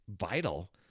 vital